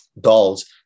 dolls